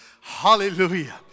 Hallelujah